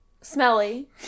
Smelly